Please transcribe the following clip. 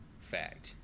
fact